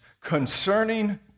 concerning